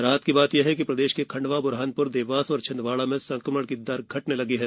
राहत की बात ये है कि प्रदेश के खंडवा बुरहानपुर देवास और छिंदवाड़ा में संक्रमण की दर घटने लगी है